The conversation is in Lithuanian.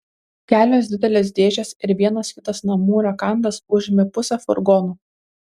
kelios didelės dėžės ir vienas kitas namų rakandas užėmė pusę furgono